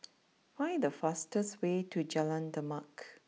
find the fastest way to Jalan Demak